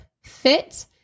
fit